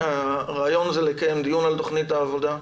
הרעיון זה לקיים דיון על תוכנית העבודה.